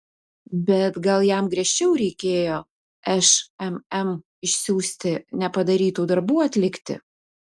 bet gal jam griežčiau reikėjo šmm išsiųsti nepadarytų darbų atlikti